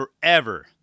forever